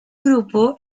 grupo